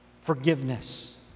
forgiveness